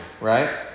right